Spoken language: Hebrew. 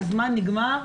הזמן נגמר,